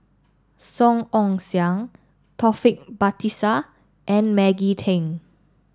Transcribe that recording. Song Ong Siang Taufik Batisah and Maggie Teng